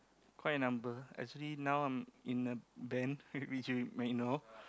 quite a number actually now I'm in a band which you may know